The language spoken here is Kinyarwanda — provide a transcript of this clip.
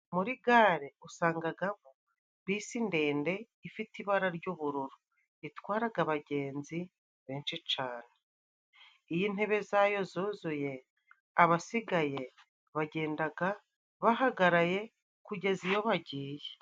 Muri gare usangagamo bisi ndende ifite ibara ry'ubururu itwaraga abagenzi benshi cane . Iyo intebe zayo zuzuye abasigaye bagendaga bahagaraye kugeza iyo bagiye.